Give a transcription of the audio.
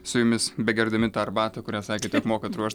su jumis begerdami tą arbatą kurią sakėt kad mokat ruošt